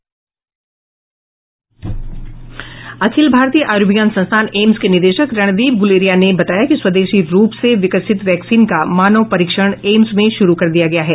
अखिल भारतीय आयूर्विज्ञान संस्थान एम्स के निदेशक रणदीप गूलेरिया ने बताया कि स्वदेशी रूप से विकसित वैक्सीन का मानव परीक्षण एम्स में शुरू कर दिया गया है